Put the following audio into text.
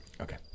Okay